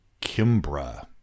Kimbra